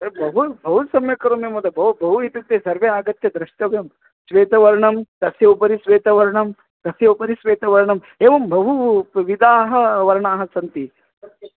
त बहु बहु सम्यक् करोमि महोदय बु बहु इत्युक्ते सर्वे आगत्य द्रष्टव्यं श्वेतवर्णः तस्य उपरि श्वेतवर्णः तस्य उपरि श्वेतवर्णः एवं बहु विधाः वर्णाः सन्ति